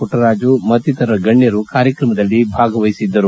ಮಟ್ಟರಾಜು ಮತ್ತಿತರ ಗಣ್ಯರು ಕಾರ್ಯಕ್ರಮದಲ್ಲಿ ಭಾಗವಹಿಸಿದ್ದರು